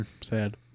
Sad